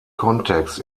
kontext